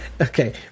Okay